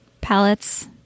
palettes